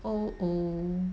oh oh